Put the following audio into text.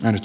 äänet